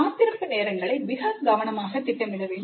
காத்திருப்பு நேரங்களை மிக கவனமாக திட்டமிட வேண்டும்